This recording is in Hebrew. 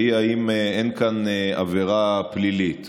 והיא אם אין כאן עבירה פלילית.